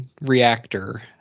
reactor